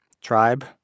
tribe